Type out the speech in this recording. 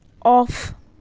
off